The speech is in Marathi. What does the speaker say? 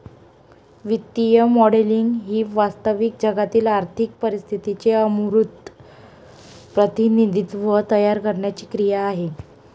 वित्तीय मॉडेलिंग ही वास्तविक जगातील आर्थिक परिस्थितीचे अमूर्त प्रतिनिधित्व तयार करण्याची क्रिया आहे